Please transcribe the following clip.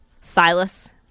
Silas